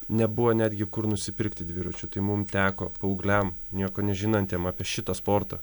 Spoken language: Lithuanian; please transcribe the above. nebuvo netgi kur nusipirkti dviračių tai mum teko paaugliam nieko nežinantiem apie šitą sportą